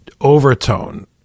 overtone